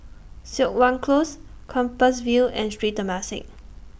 Siok Wan Close Compassvale and Sri Temasek